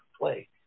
play